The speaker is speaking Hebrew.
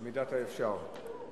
במידת האפשר.